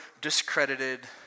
discredited